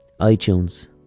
iTunes